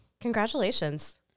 Congratulations